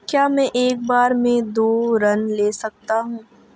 क्या मैं एक बार में दो ऋण ले सकता हूँ?